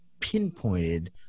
pinpointed